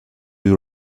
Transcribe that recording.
you